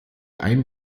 ein